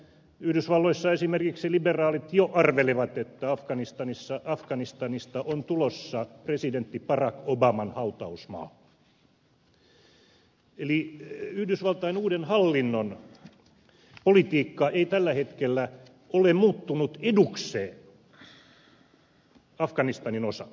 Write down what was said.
yhdysvalloissa esimerkiksi liberaalit jo arvelevat että afganistanista on tulossa presidentti barack obaman hautausmaa eli yhdysvaltain uuden hallinnon politiikka ei tällä hetkellä ole muuttunut edukseen afganistanin osalta